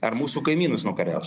ar mūsų kaimynus nukariaus